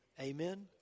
Amen